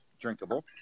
drinkable